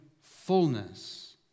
fullness